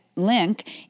link